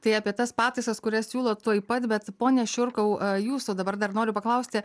tai apie tas pataisas kurias siūlo tuoj pat bet ponia šiurkau jūsų dabar dar noriu paklausti